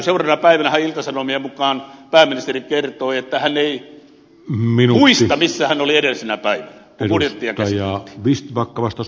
seuraavana päivänähän ilta sanomien mukaan pääministeri kertoi että hän ei muista missä hän oli edellisenä päivänä kun budjettia käsiteltiin